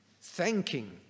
thanking